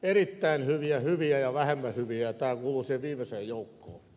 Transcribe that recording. erittäin hyviä hyviä ja vähemmän hyviä ja tämä kuuluu siihen viimeiseen joukkoon